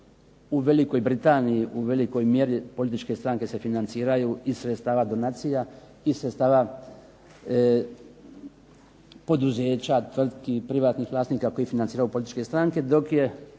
u Velikoj Britaniji u velikoj mjeri političke stranke se financiraju iz sredstava donacija, iz sredstava poduzeća, tvrtki, privatnih vlasnika koji financiraju političke stranke dok je